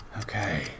okay